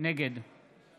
נגד